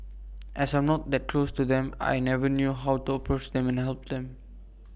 as I'm not that close to them I never knew how to approach them and help them